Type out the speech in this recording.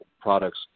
products